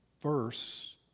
verse